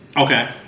Okay